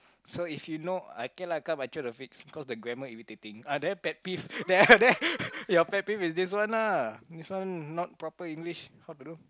so if you know okay lah come I try to fix cause the grammar irritating ah there pet peeve there your pet peeve is this one lah this one not proper English how to do